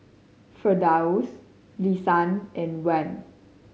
Firdaus Lisa and Wan